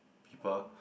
people